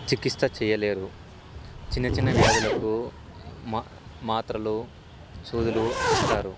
చికిత్స చేయలేరు చిన్న చిన్న వ్యాధులకు మా మాత్రలు సుదులు ఇస్తారు